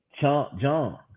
John